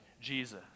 Jesus